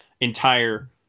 entire